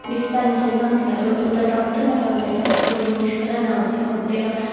डिस्पैंसरियां होंंदियां ते उत्थै डाक्टर गै नेईं औंदे डाक्टर बड़ी मुश्कलै नै औंदे